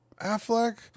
affleck